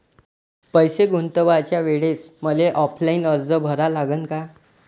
पैसे गुंतवाच्या वेळेसं मले ऑफलाईन अर्ज भरा लागन का?